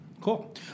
Cool